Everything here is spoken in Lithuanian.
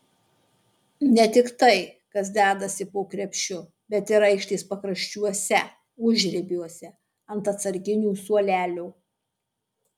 ne tik tai kas dedasi po krepšiu bet ir aikštės pakraščiuose užribiuose ant atsarginių suolelio